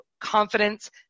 confidence